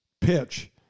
pitch